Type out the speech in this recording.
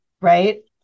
right